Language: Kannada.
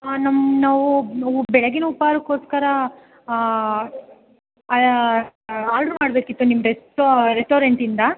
ಹಾಂ ನಮ್ಮ ನಾವು ಬೆಳಗಿನ ಉಪಹಾರಕ್ಕೋಸ್ಕರ ಆರ್ಡ್ರ್ ಮಾಡಬೇಕಿತ್ತು ನಿಮ್ಮ ರೆಸ್ಟೋರೆಂಟಿಂದ